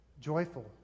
joyful